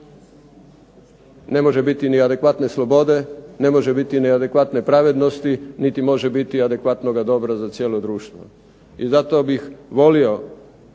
Ne može biti ni adekvatne slobode, ne može biti adekvatne pravednosti, niti može biti adekvatnoga dobra za cijelo društvo. I zato bih volio